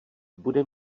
bude